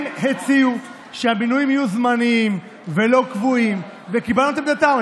הם הציעו שהמינויים יהיו זמניים ולא קבועים וקיבלנו את עמדתם.